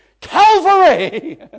Calvary